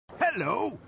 Hello